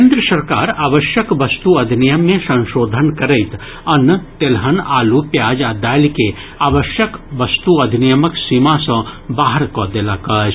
केन्द्र सरकार आवश्यक वस्तु अधिनियम मे संशोधन करैत अन्न तेलहन आलू प्याज आ दालि के आवश्यक वस्तु अधिनियमक सीमा सँ बाहर कऽ देलक अछि